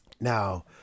Now